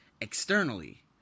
externally